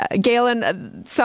Galen